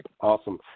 Awesome